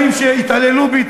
אחרי שנים שהתעללו בי,